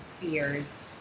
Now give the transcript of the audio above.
fears